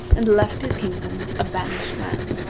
and left his kingdom, a banished man.